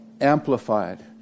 amplified